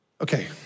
Okay